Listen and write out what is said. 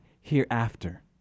hereafter